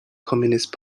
communist